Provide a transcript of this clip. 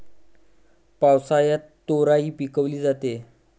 पावसाळ्यात तोराई पिकवली जाते